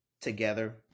together